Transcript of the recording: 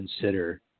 consider